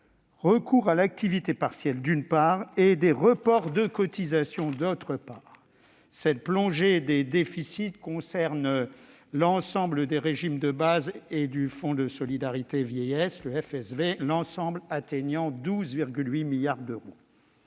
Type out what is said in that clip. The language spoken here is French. recours à l'activité partielle, d'une part, et des reports de cotisations, d'autre part. Ce creusement des déficits concerne l'ensemble des régimes de base et du Fonds de solidarité vieillesse (FSV), et l'ensemble atteint 12,8 milliards d'euros.